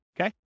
Okay